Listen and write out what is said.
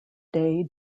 day